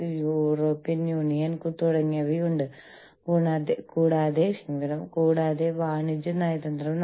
വർദ്ധിച്ച യാത്ര ദ്രുതവും വിപുലവുമായ ആഗോള ആശയവിനിമയം എന്നിവയാണ് അതിന് കാരണം